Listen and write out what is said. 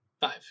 Five